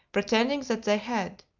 pretending that they had!